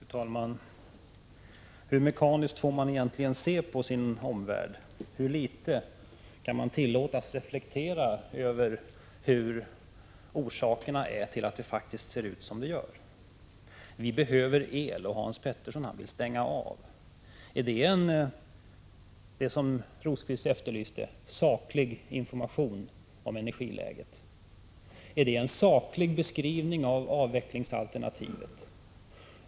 Fru talman! Hur mekaniskt får man egentligen se på sin omvärld? Hur litet kan man tillåtas reflektera över vilka orsakerna är till att det faktiskt ser ut som det gör? Vi behöver el men Hans Petersson vill stänga av — är detta vad Birger Rosqvist efterlyste, alltså en saklig information om energiläget? Är det en saklig beskrivning av avvecklingsalternativet?